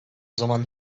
zaman